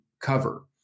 cover